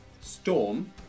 Storm